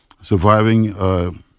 surviving –